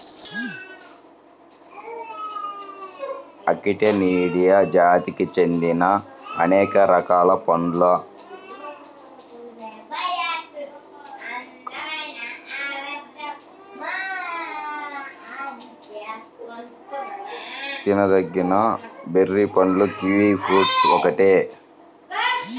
Actinidia జాతికి చెందిన అనేక రకాల కలప తీగలలో తినదగిన బెర్రీ పండు కివి ఫ్రూట్ ఒక్కటే